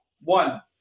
one